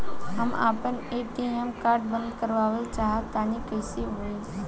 हम आपन ATM card बंद करावल चाह तनि कइसे होई?